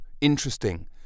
interesting